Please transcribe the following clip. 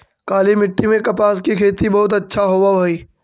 काली मिट्टी में कपास की खेती बहुत अच्छा होवअ हई